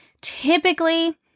Typically